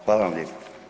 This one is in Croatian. Hvala vam lijepo.